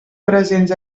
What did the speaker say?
presents